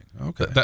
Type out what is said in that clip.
okay